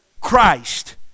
Christ